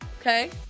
Okay